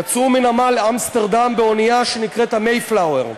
יצאו מנמל אמסטרדם באונייה שנקראת "מייפלאואר".